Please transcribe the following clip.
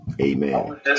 Amen